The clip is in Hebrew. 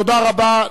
תודה רבה.